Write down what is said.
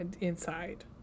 inside